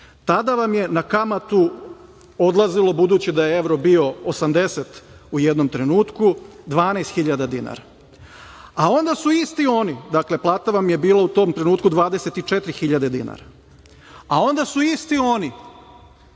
tada vam je na kamatu odlazilo, budući da je evro bio 80 u jednom trenutku, 12 hiljada dinara, a onda su isti oni, dakle, plata vam je bila u tom trenutku 24 hiljade dinara, a onda su isti oni